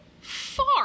far